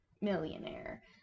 millionaire